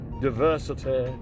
diversity